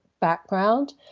background